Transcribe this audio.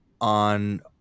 on